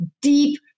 deep